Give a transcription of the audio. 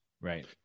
Right